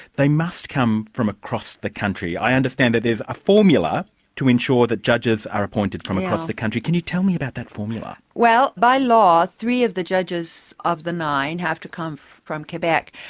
they must come from across the country. i understand that there's a formula to ensure that judges are appointed from across the country. can you tell me about that formula? well, by law, three of the judges of the nine have to come from quebec,